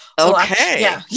Okay